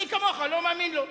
אני כמוך לא מאמין לו.